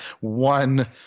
one